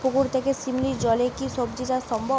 পুকুর থেকে শিমলির জলে কি সবজি চাষ সম্ভব?